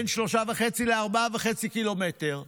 בין 3.5 ל-4.5 קילומטר,